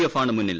F ആണ് മുന്നിൽ